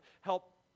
help